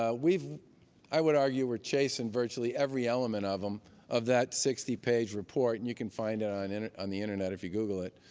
ah i would argue we're chasing virtually every element of um of that sixty page report. and you can find it on and it on the internet, if you google it.